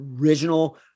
original